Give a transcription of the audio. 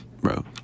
Bro